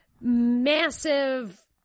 massive